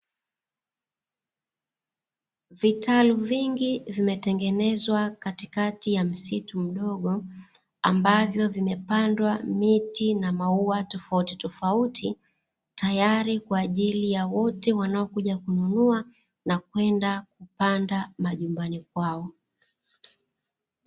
Vitalu vingi vimetengenezwa katikati ya msitu mdogo, ambavyo vimepandwa miti na maua tofautitofauti, tayari kwa wote wanaokuja kununua na kwenda kupanda majumbani kwao.